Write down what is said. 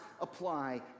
apply